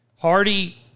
Hardy